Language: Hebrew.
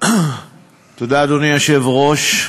אדוני היושב-ראש,